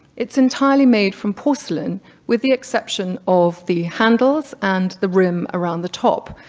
it's entirely made from porcelain with the exception of the handles and the rim around the top,